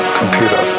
computer